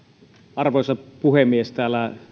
arvoisa puhemies täällä